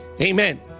Amen